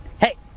hey,